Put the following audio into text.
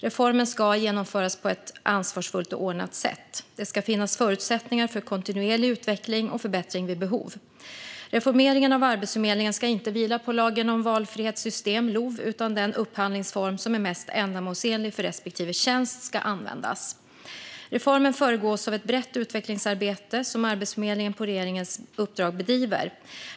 Reformen ska genomföras på ett ansvarsfullt och ordnat sätt. Det ska finnas förutsättningar för kontinuerlig utveckling och förbättring vid behov. Reformeringen av Arbetsförmedlingen ska inte vila på lagen om valfrihetssystem, LOV, utan den upphandlingsform som är mest ändamålsenlig för respektive tjänst ska användas. Reformen föregås av ett brett utvecklingsarbete som Arbetsförmedlingen på regeringens uppdrag bedriver.